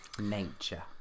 Nature